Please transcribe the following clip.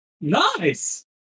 Nice